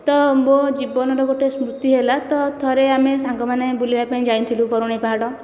ତ ମୋ ଜୀବନର ଗୋଟିଏ ସ୍ମୃତି ହେଲା ତ ଥରେ ଆମେ ସାଙ୍ଗମାନେ ବୁଲି ବା ପାଇଁ ଯାଇଥିଲୁ ବରୁଣେଇ ପାହାଡ଼